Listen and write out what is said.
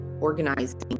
organizing